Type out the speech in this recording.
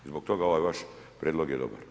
I zbog toga ovaj vaš prijedlog je dobar.